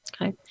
Okay